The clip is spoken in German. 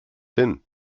hin